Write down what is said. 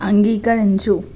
అంగీకరించు